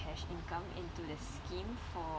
cash income into the scheme for